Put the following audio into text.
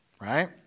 right